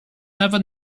never